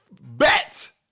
Bet